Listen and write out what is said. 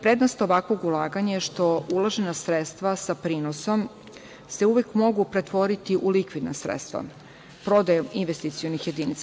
Prednost ovakvog ulaganja je što uložena sredstva sa prinosom se uvek mogu pretvoriti u likvidna sredstva, prodajom investicionih jedinica.